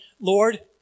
Lord